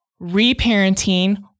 reparenting